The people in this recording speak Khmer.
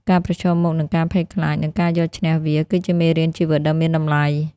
ការប្រឈមមុខនឹងការភ័យខ្លាច និងការយកឈ្នះវា គឺជាមេរៀនជីវិតដ៏មានតម្លៃ។